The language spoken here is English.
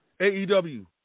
AEW